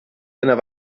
einer